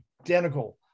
identical